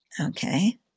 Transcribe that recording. Okay